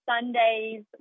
Sundays